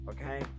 okay